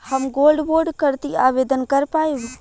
हम gold bond करती आवेदन कर पाईब?